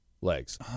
Legs